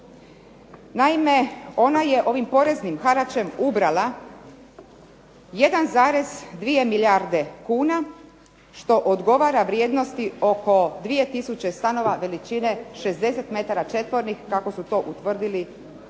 Naime ona je ovim poreznim haračem ubrala 1,2 milijarde kuna što odgovara vrijednosti oko 2 tisuće stanova veličine 60 metara četvornih kako su to utvrdili samostalni